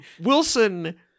Wilson